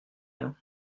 rien